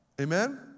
amen